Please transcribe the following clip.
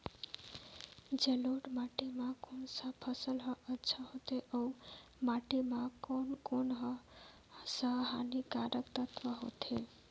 जलोढ़ माटी मां कोन सा फसल ह अच्छा होथे अउर माटी म कोन कोन स हानिकारक तत्व होथे?